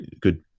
good